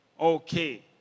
Okay